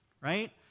right